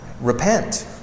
Repent